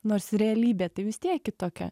nors realybė tai vis tiek kitokia